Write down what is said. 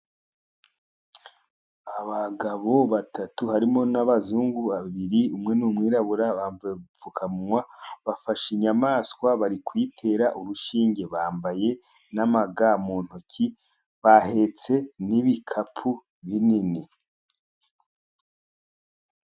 Abagabo batatu harimo n'abazungu babiri umwe n'umwirabura bambaye udupfukamunwa, bafashe inyamaswa bari kuyitera urushinge. Bambaye n'amaga mu ntoki bahetse n'ibikapu binini.